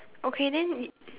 okay then is